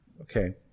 Okay